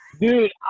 Dude